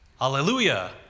Hallelujah